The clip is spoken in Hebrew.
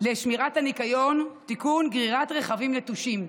לשמירת הניקיון (תיקון, גרירת רכבים נטושים).